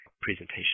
presentation